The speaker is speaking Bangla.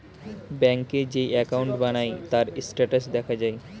ব্যাংকে যেই অ্যাকাউন্ট বানায়, তার স্ট্যাটাস দেখা যায়